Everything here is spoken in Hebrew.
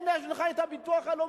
הנה יש לך הביטוח הלאומי,